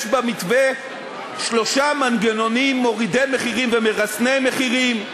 יש במתווה שלושה מנגנונים מורידי מחירים ומרסני מחירים,